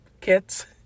kits